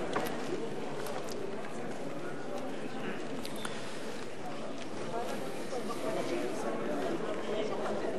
ההסתייגות של קבוצת סיעת חד"ש וקבוצת סיעת רע"ם-תע"ל לסעיף 54(ז)